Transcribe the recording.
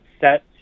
set